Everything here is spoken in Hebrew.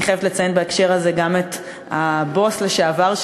אני חייבת לציין בהקשר הזה גם את הבוס שלי לשעבר,